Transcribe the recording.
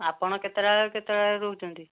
ଆପଣ କେତେଟାରୁ କେତେଟା ରହୁଛନ୍ତି